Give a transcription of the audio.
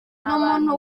umuntu